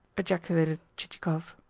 ejaculated chichikov.